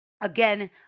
again